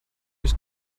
his